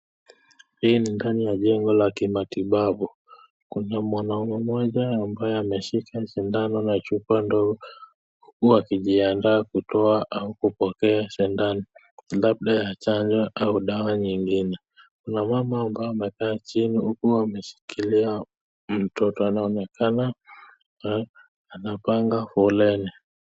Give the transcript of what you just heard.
Hii ni ndani ya jengo la kimatibabu, kuna mwanaume moja ambaye ameshika sindano na chupa ndogo, huku akijiandaa kutoa au kupokea sindano, labda ya chanjo au dawa nyingine. Kuna mama ambaye amekaa chini huku ameshikilia mtoto anaonekana anapanga foleni.